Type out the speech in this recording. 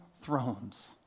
thrones